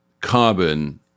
carbon